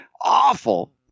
awful